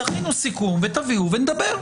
תכינו סיכום, תביאו ונדבר.